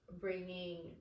bringing